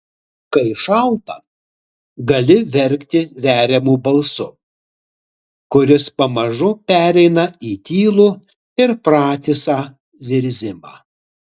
kai šalta gali verkti veriamu balsu kuris pamažu pereina į tylų ir pratisą zirzimą